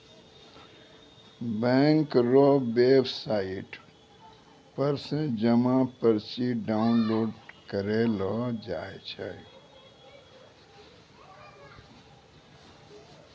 bank रो website पर से जमा पर्ची डाउनलोड करेलो जाय छै